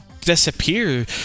disappear